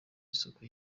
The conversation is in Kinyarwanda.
isuku